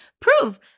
Prove